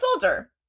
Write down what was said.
Soldier